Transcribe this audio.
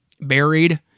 buried